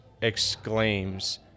exclaims